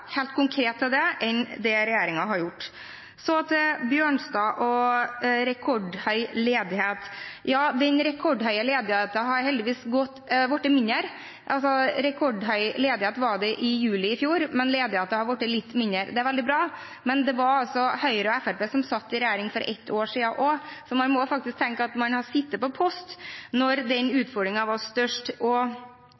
helt konkret 1 000 flere studieplasser enn det regjeringen har gjort. Til Bjørnstad og rekordhøy ledighet: Ja, den rekordhøye ledigheten har heldigvis blitt mindre. Det var rekordhøy ledighet i juli i fjor, men ledigheten har blitt litt mindre. Det er veldig bra. Men det var altså Høyre og Fremskrittspartiet som satt i regjering for ett år siden også, så man må faktisk tenke at man har sittet på post når den